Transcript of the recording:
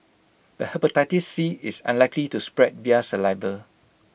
but Hepatitis C is unlikely to spread via saliva